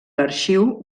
l’arxiu